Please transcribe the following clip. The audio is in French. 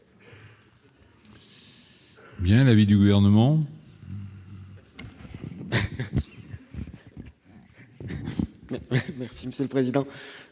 Bien l'avis du gouvernement. Merci Monsieur le Président,